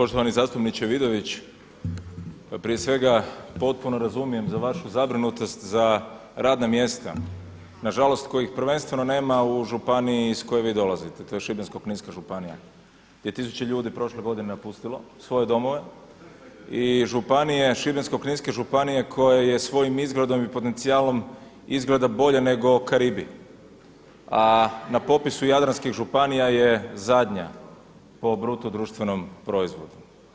Poštovani zastupniče Vidović, prije svega potpuno razumijem za vašu zabrinutost, za radna mjesta nažalost kojih prvenstveno nema u županiji iz koje vi dolazite, to je Šibensko-kninska županija gdje je tisuće ljudi prošle godine napustilo svoje domove i županije, Šibensko-kninske županije koja je svojim izgledom i potencijalom izgleda bolje nego Karibi a na popisu jadranskih županija je zadnja po BDP-u.